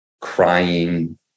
crying